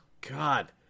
God